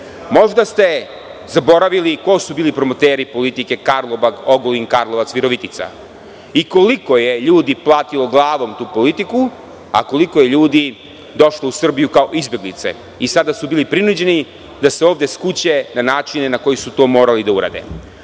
možda ste zaboravili ko su bili promoteri politike Karlobag-Ogulin-Karlovac-Virovitica i koliko je ljudi platilo glavom tu politiku, a koliko je ljudi došlo u Srbiju kao izbeglice i sada su bili prinuđeni da se ovde skuće na načine na koje su to morali da urade,